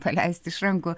paleist iš rankų